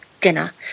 dinner